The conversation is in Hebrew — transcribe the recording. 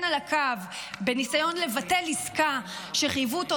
על הקו בניסיון לבטל עסקה שחייבו אותו,